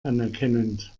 anerkennend